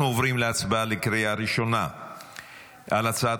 אנחנו עוברים להצבעה בקריאה ראשונה על הצעת